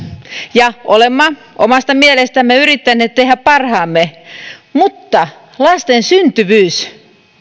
ja olemme omasta mielestämme yrittäneet tehdä parhaamme mutta lasten syntyvyys